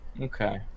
Okay